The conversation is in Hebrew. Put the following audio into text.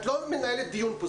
את לא מנהלת דיון פה.